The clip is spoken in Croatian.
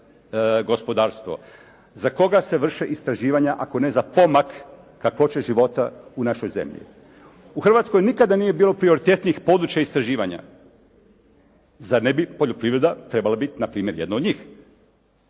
gospodarstvo? Za koga se vrše istraživanja ako ne za pomak kakvoće života u našoj zemlji? U Hrvatskoj nikada nije bilo prioritetnijih područja istraživanja. Zar ne bi poljoprivreda trebala biti na primjer jedna od njih?